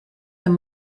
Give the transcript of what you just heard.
than